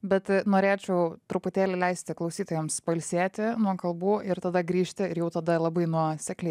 bet norėčiau truputėlį leisti klausytojams pailsėti nuo kalbų ir tada grįžti ir jau tada labai nuosekliai